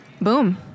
boom